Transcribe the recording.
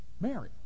Mary